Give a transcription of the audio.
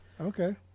Okay